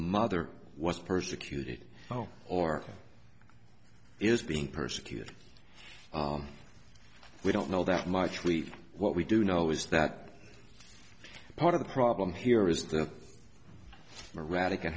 mother was persecuted or is being persecuted we don't know that much we what we do know is that part of the problem here is